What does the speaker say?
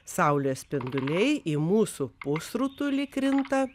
saulės spinduliai į mūsų pusrutulį krinta